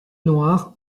noir